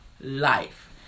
life